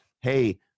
Hey